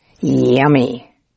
Yummy